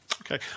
Okay